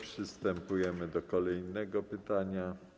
Przystępujemy do kolejnego pytania.